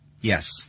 Yes